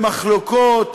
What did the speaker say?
למחלוקות,